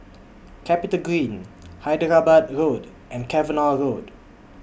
Capitagreen Hyderabad Road and Cavenagh Road